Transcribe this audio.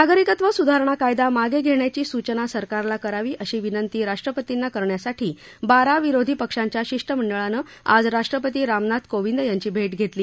नागरिकत्व सुधारणा कायदा मागे घेण्याची सूचना सरकारला करावी अशी विनंती राष्ट्रपतींना करण्यासाठी बारा विरोधी पक्षांच्या शिष्टमंडळाने आज राष्ट्रपती रामनाथ कोविंद यांची भेट घेतली